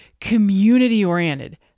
community-oriented